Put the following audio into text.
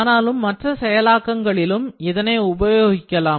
ஆனாலும் மற்ற செயலாக்கங்களிலும் இதனை உபயோகிக்கலாம்